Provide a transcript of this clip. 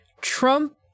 trump